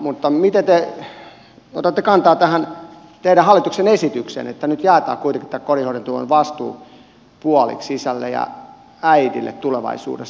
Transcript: miten te otatte kantaa tähän teidän hallituksen esitykseen että nyt jaetaan kuitenkin tämä kotihoidon tuen vastuu puoliksi isälle ja äidille tulevaisuudessa